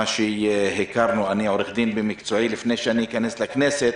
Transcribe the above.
מה שהכרנו הייתי עורך דין במקצועי לפני שנכנסתי לכנסת,